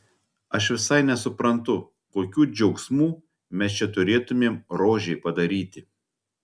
aš visai nesuprantu kokių džiaugsmų mes čia turėtumėm rožei padaryti